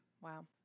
Wow